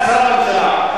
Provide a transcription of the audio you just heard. את כשרה בממשלה,